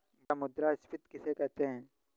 भैया मुद्रा स्फ़ीति किसे कहते हैं?